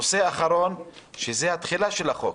נושא אחרון, התחילה של החוק.